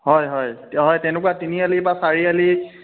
হয় হয় তে তেনেকুৱা তিনিআলি বা চাৰিআলি